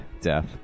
death